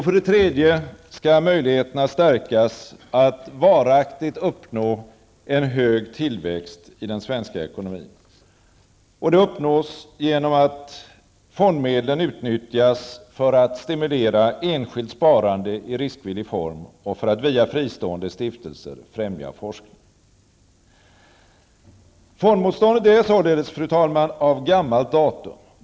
För det tredje skall möjligheterna stärkas att varaktigt uppnå en hög tillväxt i den svenska ekonomin. Detta uppnås genom att fondmedlen utnyttjas för att stimulera enskilt sparande i riskvillig form och för att via fristående stiftelser främja forskning. Fondmotståndet är således, fru talman, av gammalt datum.